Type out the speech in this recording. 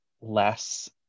less